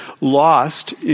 lost